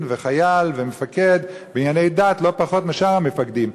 וחייל ומפקד בענייני דת לא פחות משאר המפקדים.